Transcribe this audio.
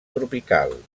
tropical